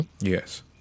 Yes